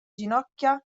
ginocchia